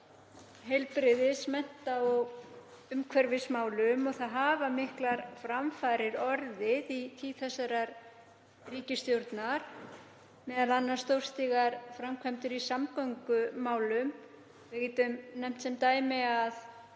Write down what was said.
heilbrigðis-, mennta- og umhverfismálum og miklar framfarir hafa orðið í tíð þessarar ríkisstjórnar, m.a. stórstígar framkvæmdir í samgöngumálum. Við getum nefnt sem dæmi að